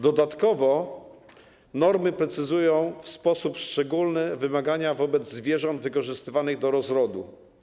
Dodatkowo normy precyzują w sposób szczególny wymagania wobec zwierząt wykorzystywanych do rozrodu.